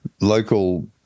local